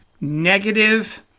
negative